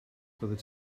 byddet